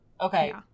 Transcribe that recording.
Okay